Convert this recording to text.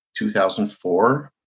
2004